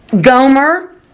Gomer